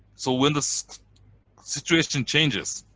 so when the so situation changes,